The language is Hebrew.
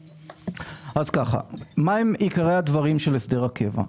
מה הם עיקרי הדברים של הסדר הקבע?